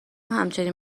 همچین